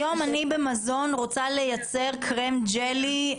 היום אני במזון רוצה לייצר קרם ג'לי,